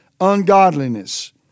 ungodliness